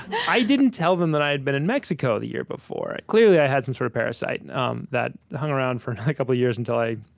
i didn't tell them that i had been in mexico the year before. clearly, i had some sort of parasite um that hung around for another couple of years until i,